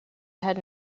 had